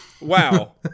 wow